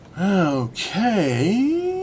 Okay